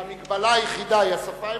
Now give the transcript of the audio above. המגבלה היחידה היא השפה העברית,